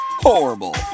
horrible